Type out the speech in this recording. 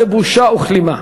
זו בושה וכלימה.